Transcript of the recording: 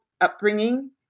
upbringing